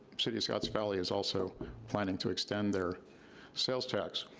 city of scotts valley, is also planning to extend their sales tax.